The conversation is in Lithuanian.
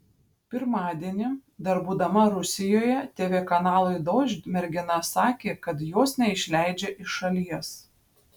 pirmadienį dar būdama rusijoje tv kanalui dožd mergina sakė kad jos neišleidžia iš šalies